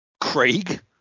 Craig